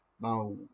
Now